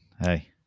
Hey